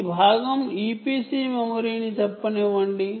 ఈ భాగం EPC మెమరీని చెప్పనివ్వండి